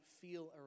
feel